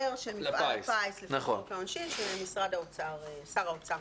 להיתר של מפעל הפיס לפי חוק העונשין ששר האוצר נותן.